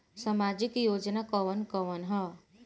सामाजिक योजना कवन कवन ह?